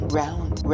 round